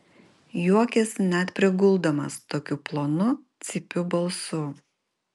juokėsi net priguldamas tokiu plonu cypiu balsu